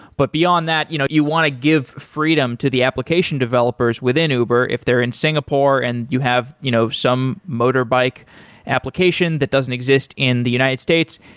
but beyond that you know you want to give freedom to the application developers within uber, if they're in singapore and you have you know some motorbike application that doesn't exist in the united states,